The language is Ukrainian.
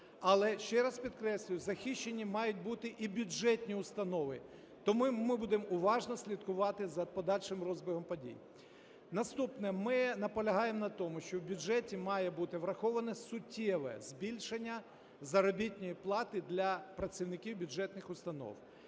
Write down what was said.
Але, ще раз підкреслюю, захищені мають бути і бюджетні установи, тому ми будемо уважно слідкувати за подальшим розвитком подій. Наступне, ми наполягає на тому, що в бюджеті має бути враховане суттєве збільшення заробітної плати для працівників бюджетних установ.